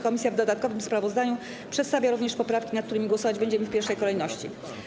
Komisja w dodatkowym sprawozdaniu przedstawia również poprawki, nad którymi głosować będziemy w pierwszej kolejności.